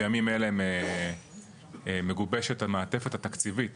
בימים אלו מגובשת המעטפת התקציבית